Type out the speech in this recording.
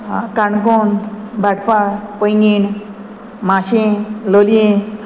Canacona Bhatpal Poinguinim Mashem Loliem